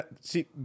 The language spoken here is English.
see